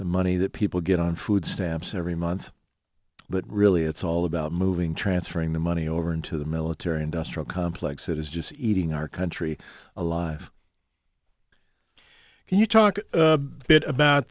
the money that people get on food stamps every month but really it's all about moving transferring the money over into the military industrial complex it is just eating our country alive can you talk a bit about